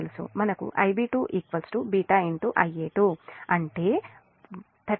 మనకు Ib2 β Ia2 అంటే 13